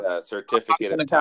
certificate